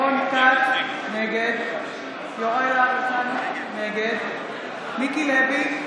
נגד יוראי להב הרצנו, נגד מיקי לוי,